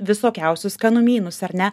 visokiausius skanumynus ar ne